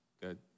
Good